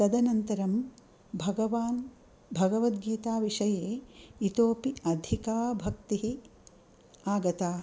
तदनन्तरं भगवान् भगवद्गीताविषये इतोपि अधिका भक्तिः आगता